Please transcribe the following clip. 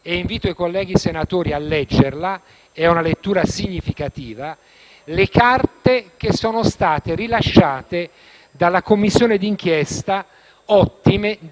e invito i colleghi senatori a leggerle, perché è una lettura significativa - che sono state rilasciate dalla commissione di inchiesta